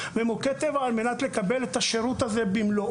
ומוקד טבע על מנת לקבל את השירות הזה במלואו.